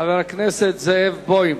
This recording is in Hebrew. חבר הכנסת זאב בוים.